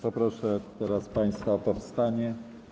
Poproszę teraz państwa o powstanie.